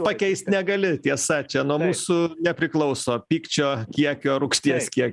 pakeist negali tiesa čia nuo mūsų nepriklauso pykčio kiekio rūgšties kiek